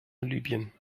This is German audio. libyen